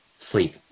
sleep